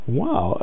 wow